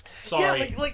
Sorry